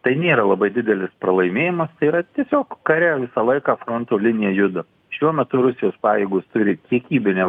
tai nėra labai didelis pralaimėjimas tai yra tiesiog kare visą laiką fronto linija juda šiuo metu rusijos pajėgos turi kiekybinę